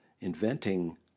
inventing